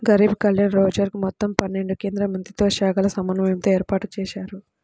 గరీబ్ కళ్యాణ్ రోజ్గర్ మొత్తం పన్నెండు కేంద్రమంత్రిత్వశాఖల సమన్వయంతో ఏర్పాటుజేశారు